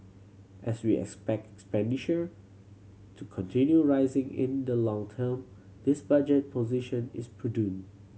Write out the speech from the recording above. as we expect expenditure to continue rising in the long term this budget position is prudent